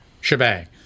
Shebang